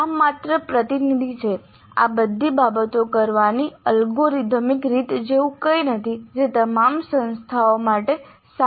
આ માત્ર પ્રતિનિધિ છે આ બધી બાબતો કરવાની અલ્ગોરિધમિક રીત જેવું કંઈ નથી જે તમામ સંસ્થાઓ માટે સારું છે